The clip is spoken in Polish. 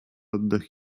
oddech